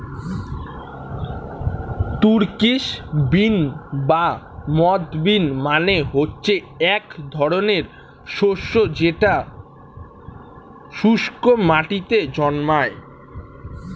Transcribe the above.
Turkish bean বা moth bean মানে হচ্ছে এক ধরনের শস্য যেটা শুস্ক মাটিতে জন্মায়